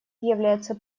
является